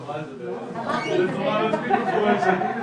השטח והיוועצות לפני פרסום נוסח תקנות להערות ציבור.